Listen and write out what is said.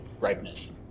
ripeness